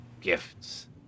gifts